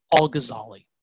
Al-Ghazali